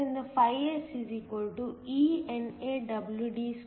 ಆದ್ದರಿಂದ φs eNAWD22or